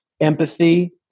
empathy